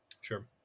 Sure